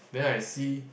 then I see